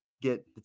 get